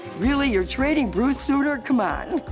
really, you're trading bruce sutter? come um